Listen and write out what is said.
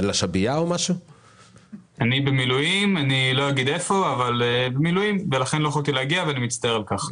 אני במילואים ולכן לא יכולתי להגיע ואני מצטער על כך.